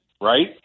right